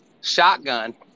shotgun